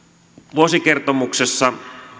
vuosikertomuksessa